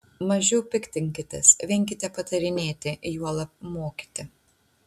mažiau piktinkitės venkite patarinėti juolab mokyti